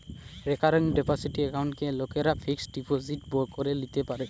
recurring deposit একাউন্টকে লোকরা fixed deposit করে লিতে পারে